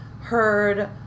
heard